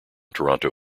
toronto